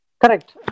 Correct